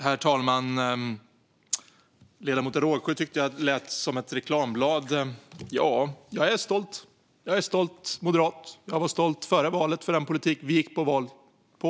Herr talman! Ledamoten Rågsjö tyckte att jag lät som ett reklamblad. Jag är stolt moderat. Före valet var jag stolt över den politik vi i Moderaterna gick till val på.